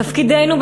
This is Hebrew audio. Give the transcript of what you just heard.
תפקידנו,